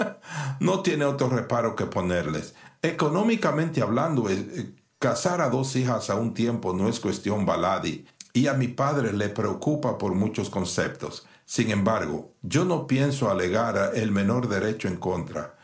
no tiene otro reparo que ponerles económicamente hablando casar a dos hijas a un tiempo no es cuestión baladí y a mi padre le preocupa por muchos conceptos sin embargo yo no pienso alegar el menor derecho en contra